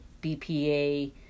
BPA